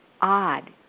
odd